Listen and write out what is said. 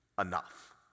enough